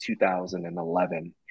2011